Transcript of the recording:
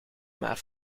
maar